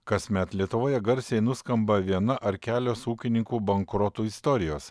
kasmet lietuvoje garsiai nuskamba viena ar kelios ūkininkų bankrotų istorijos